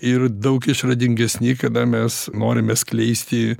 ir daug išradingesni kada mes norime skleisti